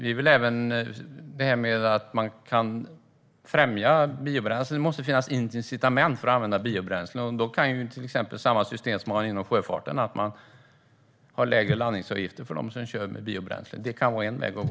När det gäller att främja biobränslet anser vi det måste finnas incitament att använda biobränsle. Man kunde till exempel använda samma system som finns inom sjöfarten och införa lägre landningsavgifter för dem som kör med biobränsle. Det kan vara en väg att gå.